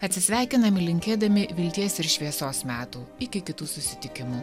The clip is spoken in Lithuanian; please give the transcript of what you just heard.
atsisveikiname linkėdami vilties ir šviesos metų iki kitų susitikimų